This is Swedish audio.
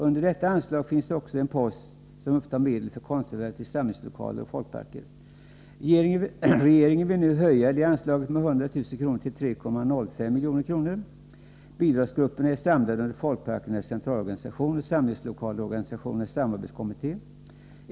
Under detta anslag finns också en post som upptar medel för konstförvärv till samlingslokaler och folkparker. Regeringen vill nu höja det anslåget med 100 000 kr. till 3,05 milj.kr. Bidragsgrupperna är samlade under Folkparkernas centralorganisation och Samlingslokalorganisationernas samarbetskommitté.